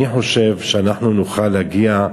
אני חושב שנוכל להגיע,